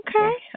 Okay